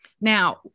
Now